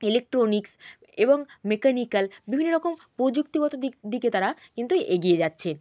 electronics এবং mechanical বিভিন্ন রকম প্রযুক্তিগত দিকে তারা কিন্তু এগিয়ে যাচ্ছে